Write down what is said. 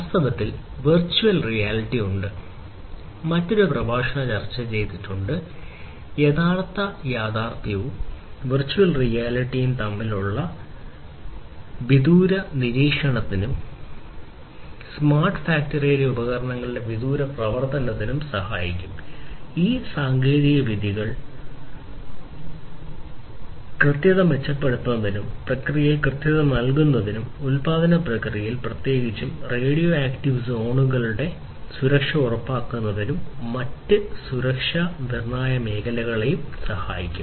വാസ്തവത്തിൽ വെർച്വൽ റിയാലിറ്റിയായ സുരക്ഷ മെച്ചപ്പെടുത്തുന്നതിനും മറ്റ് സുരക്ഷാ നിർണായക മേഖലകൾക്കും സഹായിക്കും